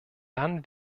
dann